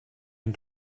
dem